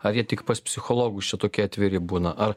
ar jie tik pas psichologus čia tokie atviri būna ar